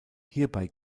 hierbei